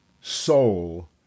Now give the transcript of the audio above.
soul